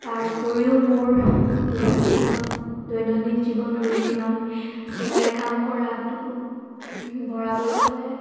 তাৰ উপৰিও মোৰ ৰুটিনত দৈনন্দিন জীৱনৰ ৰুটিনত চিলাই কাম কৰাতো বঢ়াবলৈ হ'লে